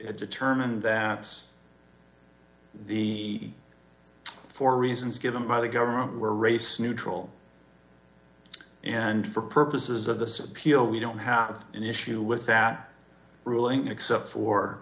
so determined that the four reasons given by the government were race neutral and for purposes of this appeal we don't have an issue with that ruling except for